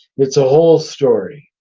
it's a whole story.